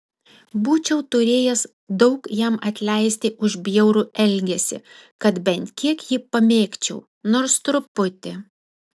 būčiau turėjęs daug jam atleisti už bjaurų elgesį kad bent kiek jį pamėgčiau nors truputį